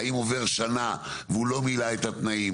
האם עוברת שנה והוא לא מילא את התנאים,